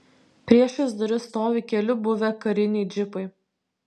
priešais duris stovi keli buvę kariniai džipai